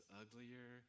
uglier